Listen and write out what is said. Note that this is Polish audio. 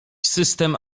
system